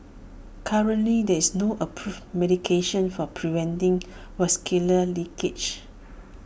currently there is no approved medication for preventing vascular leakage